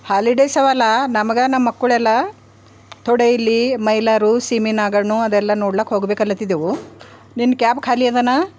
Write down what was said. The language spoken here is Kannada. ಹಾಲಿಡೇಸವಲ್ಲಾ ನಮ್ಗೆ ನಮ್ಮ ಮಕ್ಕಳೆಲ್ಲ ಥೋಡೆ ಇಲ್ಲಿ ಮೈಲಾರ ಸೀಮೆ ನಾಗಣ್ಣ ಅದೆಲ್ಲ ನೋಡ್ಲಕ್ಕೆ ಹೋಗಬೇಕನ್ಲತ್ತಿದ್ದೆವು ನಿನ್ನ ಕ್ಯಾಬ್ ಖಾಲಿ ಅದನಾ